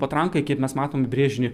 patrankai kaip mes matom brėžinį